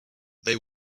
they